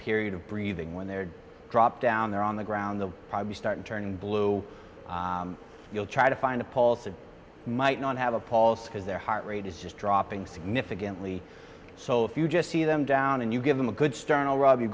period of breathing when they're dropped down there on the ground the probably started turning blue you'll try to find a pulse of might not have a pulse because their heart rate is just dropping significantly so if you just see them down and you give them a good start oh rob you